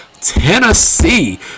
Tennessee